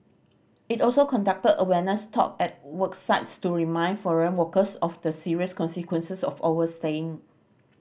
it also conducted awareness talk at work sites to remind foreign workers of the serious consequences of overstaying